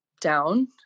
down